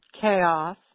chaos